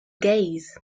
gaze